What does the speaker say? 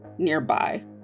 Nearby